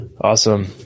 awesome